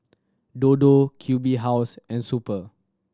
Dodo Q B House and Super